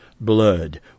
blood